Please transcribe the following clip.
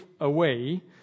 away